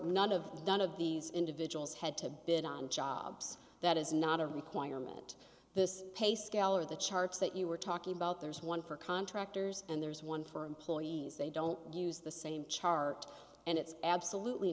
none of the done of these individuals had to bid on jobs that is not a requirement the pay scale or the charts that you were talking about there's one for contractors and there's one for employees they don't use the same chart and it's absolutely